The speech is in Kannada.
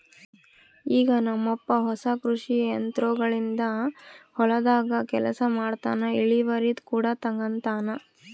ಈಗ ನಮ್ಮಪ್ಪ ಹೊಸ ಕೃಷಿ ಯಂತ್ರೋಗಳಿಂದ ಹೊಲದಾಗ ಕೆಲಸ ಮಾಡ್ತನಾ, ಇಳಿವರಿ ಕೂಡ ತಂಗತಾನ